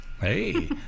Hey